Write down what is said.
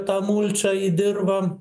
tą mulčą į dirvą